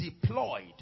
deployed